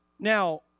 Now